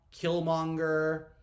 Killmonger